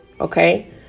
okay